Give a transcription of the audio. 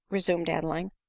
resumed adeline.